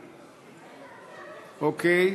אוקיי,